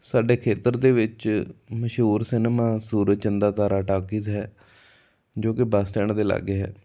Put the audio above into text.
ਸਾਡੇ ਖੇਤਰ ਦੇ ਵਿੱਚ ਮਸ਼ਹੂਰ ਸਿਨੇਮਾ ਸੂਰਜ ਚੰਦਾ ਤਾਰਾ ਟਾਕੀਜ਼ ਹੈ ਜੋ ਕਿ ਬੱਸ ਸਟੈਂਡ ਦੇ ਲਾਗੇ ਹੈ